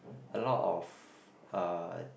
a lot of uh